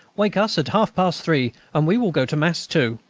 wake us at half-past three, and we will go to mass too.